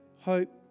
hope